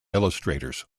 illustrators